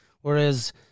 Whereas